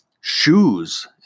shoes